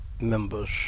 members